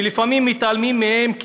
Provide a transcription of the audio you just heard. שלפעמים מתעלמים מהם,